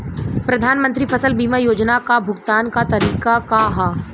प्रधानमंत्री फसल बीमा योजना क भुगतान क तरीकाका ह?